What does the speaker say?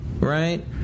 right